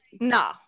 no